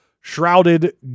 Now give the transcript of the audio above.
shrouded